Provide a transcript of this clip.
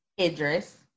Idris